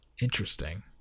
Interesting